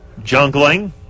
Jungling